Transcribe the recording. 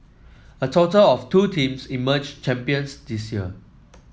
a total of two teams emerged champions this year